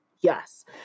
yes